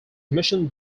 mission